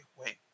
wait